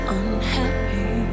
unhappy